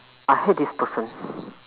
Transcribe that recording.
I hate this person